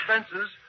expenses